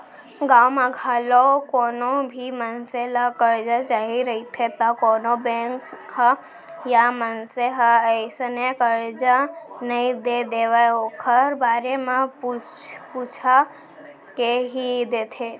गाँव म घलौ कोनो भी मनसे ल करजा चाही रहिथे त कोनो बेंक ह या मनसे ह अइसने करजा नइ दे देवय ओखर बारे म पूछ पूछा के ही देथे